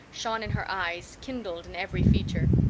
shone in her eyes, kindled in every feature.